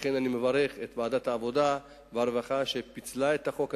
לכן אני מברך את ועדת העבודה והרווחה שפיצלה את החוק הזה.